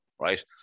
right